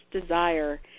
desire